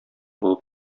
булып